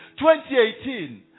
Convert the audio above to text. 2018